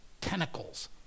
tentacles